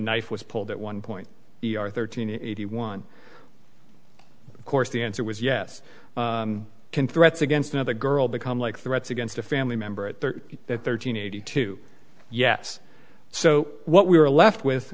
knife was pulled at one point we are thirteen and eighty one of course the answer was yes can threats against another girl become like threats against a family member at thirteen at thirteen eighty two yes so what we were left with